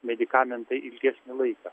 medikamentą ilgesnį laiką